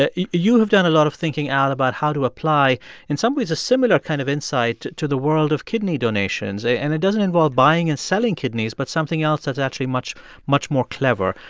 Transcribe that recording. ah you you have done a lot of thinking out about how to apply in some ways a similar kind of insight to the world of kidney donations. and it doesn't involve buying and selling kidneys but something else that's actually much much more clever.